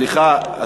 סליחה.